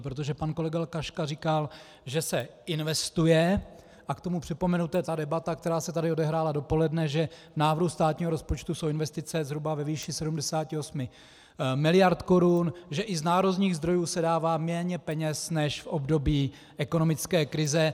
Protože pan kolega Klaška říkal, že se investuje, a k tomu připomenu to je ta debata, která se tady odehrála dopoledne že v návrhu státního rozpočtu jsou investice zhruba ve výši 78 miliard Kč, že i z národních zdrojů se dává méně peněz než v období ekonomické krize.